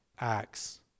acts